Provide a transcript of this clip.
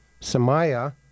Samaya